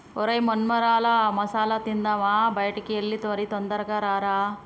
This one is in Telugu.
ఒరై మొన్మరాల మసాల తిందామా బయటికి ఎల్లి మరి తొందరగా రారా